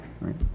right